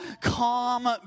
calm